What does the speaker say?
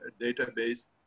database